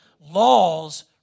laws